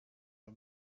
mal